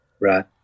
Right